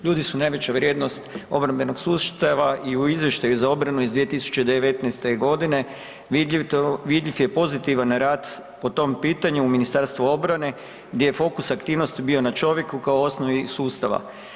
Ljudi su najveća vrijednost obrambenog sustava i u izvještaju za obranu iz 2019.g. vidljiv, vidljiv je pozitivan rad po tom pitanju u Ministarstvu obrane gdje je fokus aktivnosti bio na čovjeku kao osnovi sustava.